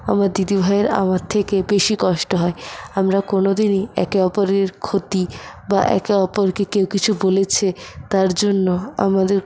আমার দিদিভাইয়ের আমার থেকে বেশি কষ্ট হয় আমরা কোনোদিনই একে অপরের ক্ষতি বা একে অপরকে কেউ কিছু বলেছে তার জন্য আমাদের